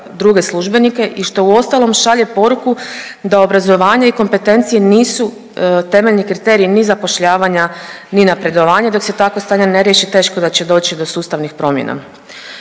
druge službenike i što uostalom šalje poruku da obrazovanje i kompetencije nisu temeljni kriterij ni zapošljavanja, ni napredovanja, dok se takvo stanje ne riješi teško da će doći do sustavnih promjena.